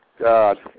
God